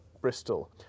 Bristol